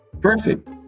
Perfect